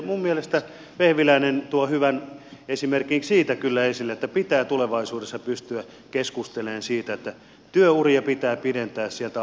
minun mielestäni vehviläinen toi hyvän esimerkin siitä kyllä esille että pitää tulevaisuudessa pystyä keskustelemaan siitä että työuria pitää pidentää sieltä alkupäästä